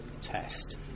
test